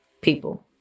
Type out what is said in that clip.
people